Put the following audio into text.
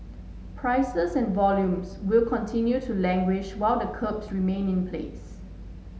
prices and volumes will continue to languish while the curbs remain in place